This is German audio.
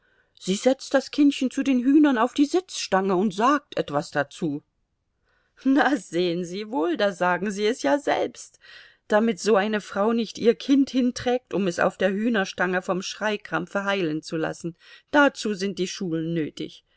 sie setzt das kindchen zu den hühnern auf die sitzstange und sagt etwas dazu na sehen sie wohl da sagen sie es ja selbst damit so eine frau nicht ihr kind hinträgt um es auf der hühnerstange vom schreikrampfe heilen zu lassen dazu sind die schulen nötig